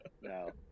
No